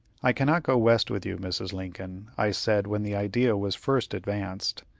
i cannot go west with you, mrs. lincoln, i said, when the idea was first advanced.